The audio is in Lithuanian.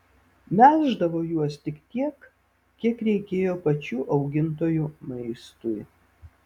melždavo juos tik tiek kiek reikėjo pačių augintojų maistui